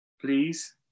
please